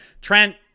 Trent